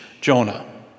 Jonah